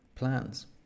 plans